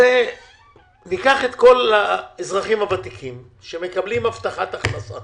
שניקח את כל האזרחים הוותיקים שמקבלים הבטחת הכנסה